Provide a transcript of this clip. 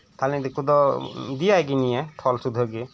ᱛᱟᱦᱚᱞᱮ ᱩᱱᱤ ᱫᱤᱠᱳ ᱫᱚ ᱤᱫᱤᱭ ᱟᱭᱜᱤᱧ ᱱᱤᱭᱟᱹ ᱠᱷᱚᱞ ᱥᱩᱫᱽᱫᱷᱟᱹᱜᱮ